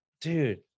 Dude